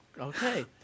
Okay